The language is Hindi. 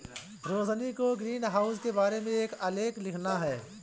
रोशिनी को ग्रीनहाउस के बारे में एक आलेख लिखना है